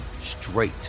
straight